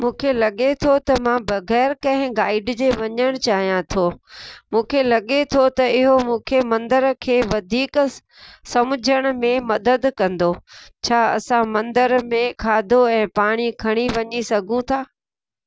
मूंखे लॻे थो त मां बग़ैर कंहिं गाईड जे वञणु चाहियां थो मूंखे लॻे थो त इहो मूंखे मंदर खे वधीक समुझण में मदद कंदो छा असां मंदर में खाधो ऐं पाणी खणी वञी सघूं था